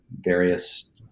various